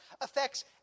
affects